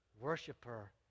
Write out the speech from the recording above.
worshiper